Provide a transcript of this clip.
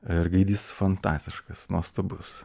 ir gaidys fantastiškas nuostabus